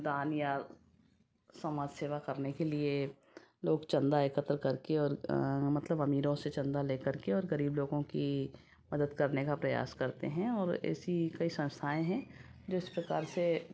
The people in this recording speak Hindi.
दान या समाज सेवा करने के लिए लोग चंदा इकट्ठा करके और मतलब अमीरों से चंदा लेकर के और गरीब लोगों की मदद करने का प्रयास करते हैं और ऐसी कई संस्थाएँ हैं जो इस प्रकार से